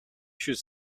should